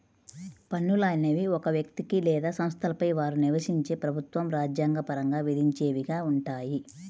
పన్నులు అనేవి ఒక వ్యక్తికి లేదా సంస్థలపై వారు నివసించే ప్రభుత్వం రాజ్యాంగ పరంగా విధించేవిగా ఉంటాయి